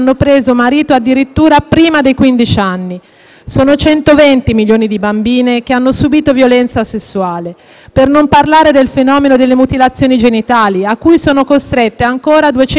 Sono 120 milioni le bambine che hanno subìto violenza sessuale; per non parlare del fenomeno delle mutilazioni genitali, a cui sono costrette ancora 200 milioni di donne in ben 30 Paesi,